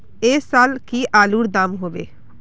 ऐ साल की आलूर र दाम होबे?